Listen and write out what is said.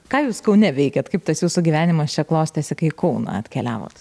ką jūs kaune veikiat kaip tas jūsų gyvenimas čia klostėsi kai į kauną atkeliavot